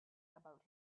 about